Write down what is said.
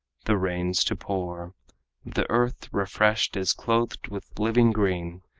the rains to pour the earth, refreshed, is clothed with living green,